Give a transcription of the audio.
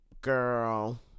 Girl